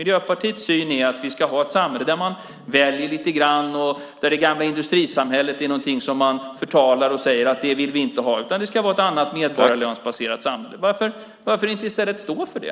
Miljöpartiets syn är att vi ska ha ett samhälle där man väljer lite grann, och där det gamla industrisamhället är någonting som man förtalar och säger att det vill vi inte ha. Det ska vara ett annat, medborgarlönsbaserat samhälle. Varför inte i stället stå för det?